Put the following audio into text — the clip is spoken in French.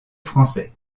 français